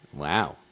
Wow